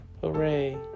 Hooray